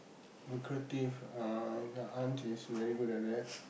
lucrative uh your aunt is very good at that